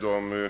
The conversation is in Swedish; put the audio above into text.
De